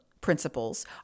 principles